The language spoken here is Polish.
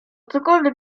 cokolwiek